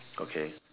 okay